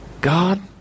God